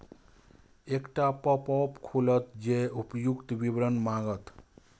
एकटा पॉपअप खुलत जे उपर्युक्त विवरण मांगत